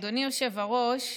אדוני היושב-ראש,